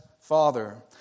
Father